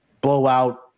blowout